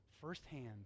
firsthand